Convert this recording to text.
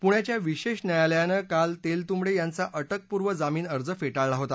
पुण्याच्या विशेष न्यायालयानं काल तेलतुंबडे यांचा अटकपूर्व जामीन अर्ज फेटाळला होता